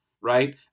Right